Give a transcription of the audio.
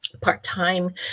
part-time